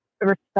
respect